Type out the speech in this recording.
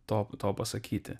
to to pasakyti